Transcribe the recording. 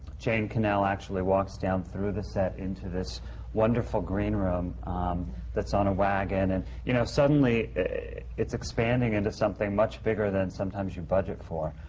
jane connell actually walks down through the set into this wonderful green room that's on a wagon. and you know, suddenly it's expanding into something much bigger than sometimes you budget for.